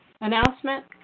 announcement